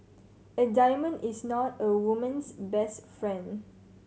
a diamond is not a woman's best friend